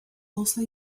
also